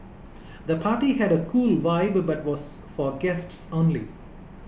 the party had a cool vibe but was for guests only